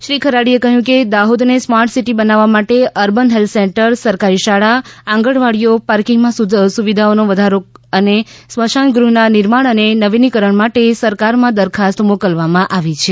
શ્રી ખરાડીએ કહ્યું કે દાહોદને સ્માર્ટ સીટી બનાવવા માટે અર્બન હેલ્થ સેન્ટર સરકારી શાળા આંગણવાડી પાર્કિંગમાં સુવિધાઓનો વધારો સ્મશાનગૃહના નિર્માણ અને નવીનીકરણ માટે સરકારમાં દરખાસ્ત મોકલવામાં આવી છે